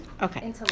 Okay